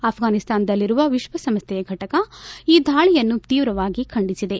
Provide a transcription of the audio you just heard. ಆಫ್ಗಾನಿಸ್ತಾನದಲ್ಲಿರುವ ವಿಶ್ವಸಂಸ್ಥೆಯ ಫಟಕ ಈ ದಾಳಿಯನ್ನು ತೀವ್ರವಾಗಿ ಖಂಡಿಸಿದೆ